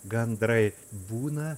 gandrai būna